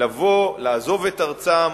לעזוב את ארצם,